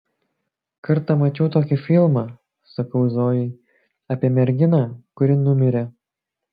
kartą mačiau tokį filmą sakau zojai apie merginą kuri numirė